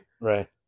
Right